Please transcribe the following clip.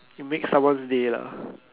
you make someone's day lah